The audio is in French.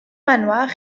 manoir